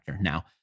Now